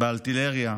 בארטילריה,